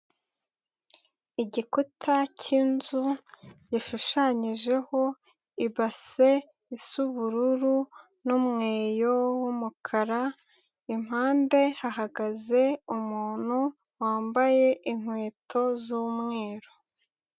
Igikuta cy'inzu gishushanyijeho ibase isa ubururu n'umweyo w'umukara, impande hahagaze umuntu wambaye inkweto z'umweru.